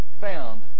found